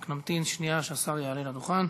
רק נמתין שנייה, שהשר יעלה לדוכן.